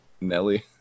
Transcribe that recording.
Nelly